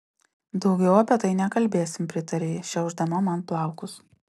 daugiau apie tai nekalbėsim pritarė ji šiaušdama man plaukus